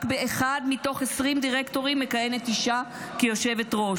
רק באחד מתוך 20 דירקטוריונים מכהנת אישה כיושבת-ראש,